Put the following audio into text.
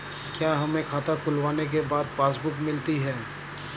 क्या हमें खाता खुलवाने के बाद पासबुक मिलती है?